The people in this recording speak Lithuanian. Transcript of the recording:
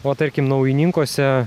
va tarkim naujininkuose